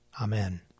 Amen